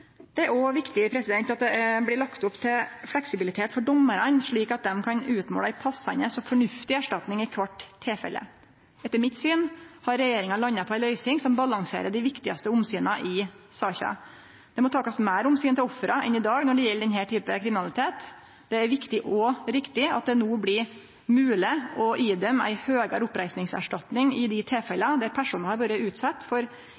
Det er òg viktig at det blir lagt opp til fleksibilitet for dommarane, slik at dei kan utmåle ei passande og fornuftig erstatning i kvart tilfelle. Etter mitt syn har regjeringa landa på ei løysing som balanserer dei viktigaste omsyna i saka. Det må takast meir omsyn til ofra enn i dag når det gjeld denne typen kriminalitet. Det er viktig og riktig at det no blir mogleg å idømme ei høgare oppreisningserstatning i dei tilfella der personar har vore utsette for